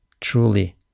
truly